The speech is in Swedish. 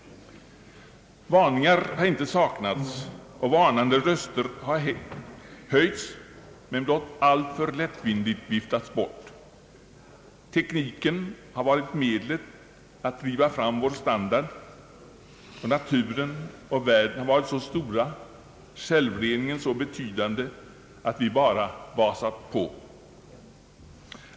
Varnande röster har höjts, men varningarna har blott alltför lättvindigt viftats bort. Tekniken har varit medlet att driva fram vår standard. Naturen och världen har varit så stora och självreningen så betydande, att vi bara basat på.